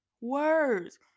words